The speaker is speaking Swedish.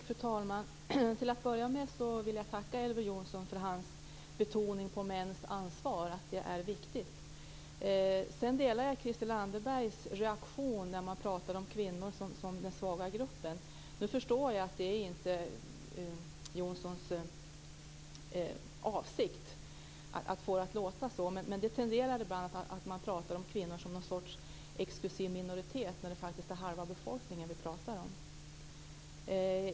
Fru talman! Till att börja med vill jag tacka Elver Jonsson för hans betoning att det är viktigt med mäns ansvar. Sedan delar jag Christel Anderbergs reaktion när Elver Jonsson talade om kvinnor som den svagare gruppen. Men jag förstår nu att det inte var Elver Jonssons avsikt att få det att låta så. Det finns ibland en tendens att tala om kvinnor som någon sorts exklusiv minoritet, när det faktiskt är halva befolkningen som vi talar om.